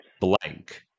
blank